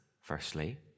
firstly